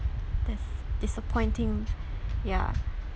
that's disappointing ya